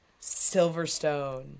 Silverstone